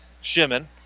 Shimon